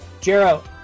Jero